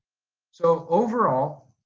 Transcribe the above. so overall,